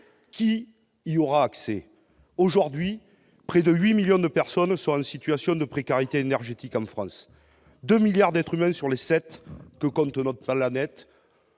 qui y aura accès ? Aujourd'hui, près de 8 millions de personnes sont en situation de précarité énergétique en France ; 2 milliards d'êtres humains sur les 7 milliards que compte notre planète-